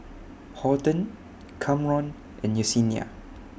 Horton Kamron and Yesenia